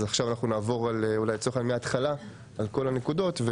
עכשיו אנחנו נעבור מההתחלה על כל הנקודות.